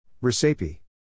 Recipe